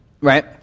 right